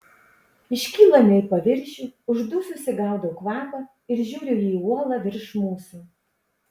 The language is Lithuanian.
iškylame į paviršių uždususi gaudau kvapą ir žiūriu į uolą virš mūsų